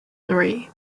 three